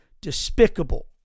despicable